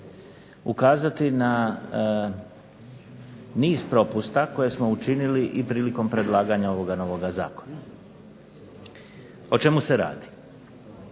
ukazati na niz propusta koje smo učinili i prilikom predlaganja ovoga novoga zakona. O čemu se radi.